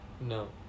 No